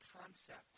concept